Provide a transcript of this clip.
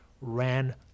ran